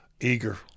Eager